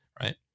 right